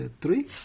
Three